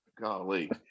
golly